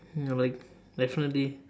hmm like definitely